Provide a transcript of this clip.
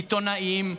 עיתונאים,